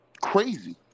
crazy